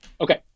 Okay